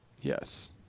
Yes